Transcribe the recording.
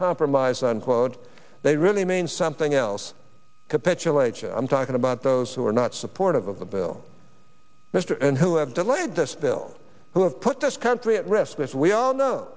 compromise unquote they really mean something else capitulate i'm talking about those who are not supportive of the bill mr and who have delayed this bill who have put this country at risk as we all know